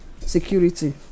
security